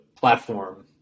platform